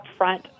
upfront